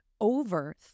over